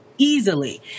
Easily